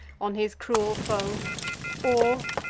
on his cruel foe or,